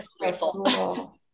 grateful